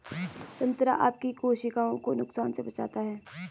संतरा आपकी कोशिकाओं को नुकसान से बचाता है